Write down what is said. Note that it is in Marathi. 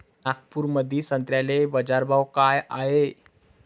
नागपुरामंदी संत्र्याले बाजारभाव काय हाय?